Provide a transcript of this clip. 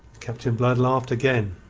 captain blood laughed again,